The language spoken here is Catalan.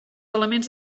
elements